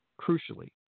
Crucially